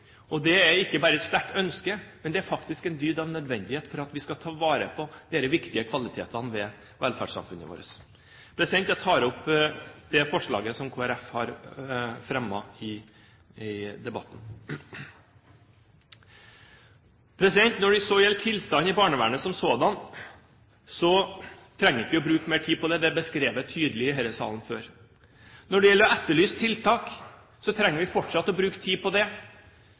Og det er ikke bare et sterkt ønske, det er faktisk en dyd av nødvendighet for at vi skal ta vare på disse viktige kvalitetene ved velferdssamfunnet vårt. Jeg tar opp det forslaget som Kristelig Folkeparti har fremmet. Når det så gjelder tilstanden i barnevernet som sådan, trenger vi ikke å bruke mer tid på det – det er beskrevet tydelig i denne salen før. Når det gjelder å etterlyse tiltak, trenger vi fortsatt å bruke tid på det.